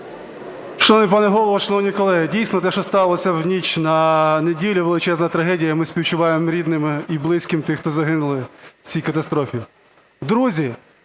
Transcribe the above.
дійсно, те, що сталося в ніч на неділю, величезна трагедія. Ми співчуваємо рідним і близьким тих, хто загинули в цій катастрофі. Друзі,